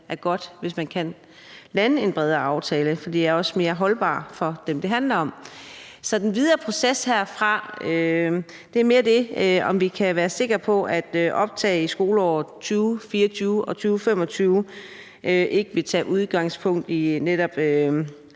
er godt, hvis man kan lande en bredere aftale, for det er også mere holdbart for dem, det handler om. Så med hensyn til den videre proces herfra vil jeg høre, om vi kan være sikre på, at optaget i skoleåret 2024/25 ikke vil tage udgangspunkt i netop